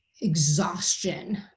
exhaustion